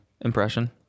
Impression